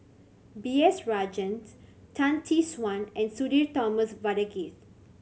B S Rajhans Tan Tee Suan and Sudhir Thomas Vadaketh